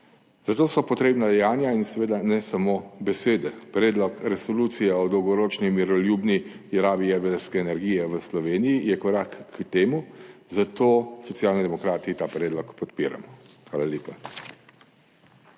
Zato so potrebna dejanja in seveda ne samo besede. Predlog resolucije o dolgoročni miroljubni rabi jedrske energije v Sloveniji je korak k temu, zato Socialni demokrati ta predlog podpiramo. Hvala lepa.